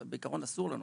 זה בעיקרון אסור לנו,